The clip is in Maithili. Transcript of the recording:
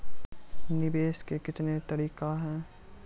निवेश के कितने तरीका हैं?